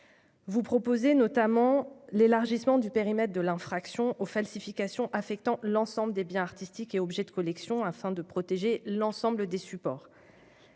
Il prévoit notamment l'élargissement du périmètre de l'infraction aux falsifications affectant l'ensemble des biens artistiques et objets de collection, afin de protéger l'ensemble des supports